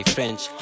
French